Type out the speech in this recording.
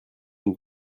une